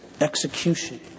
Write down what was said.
execution